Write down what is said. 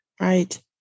Right